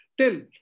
till